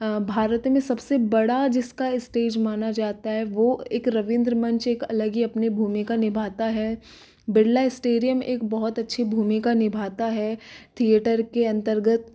भारत में सबसे बड़ा जिसका स्टेज माना जाता है वो एक रवींद्र मंच एक अलग ही अपनी भूमिका निभाता है बिरला स्टेडियम एक बहुत अच्छी भूमिका निभाता है थिएटर के अंतर्गत